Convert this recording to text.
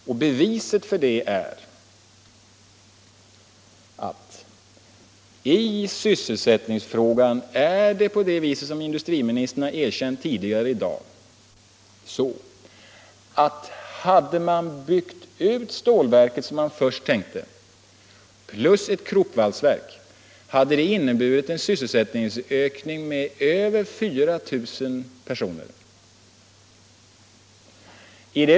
Och beviset för det är att när det gäller sysselsättningsfrågan är det — som industriministern har erkänt tidigare i dag — så, att hade man byggt ut stålverket som man först tänkte plus ett Kruppvalsverk hade det inneburit en sysselsättningsökning med över 4 000 personer.